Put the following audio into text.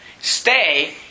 stay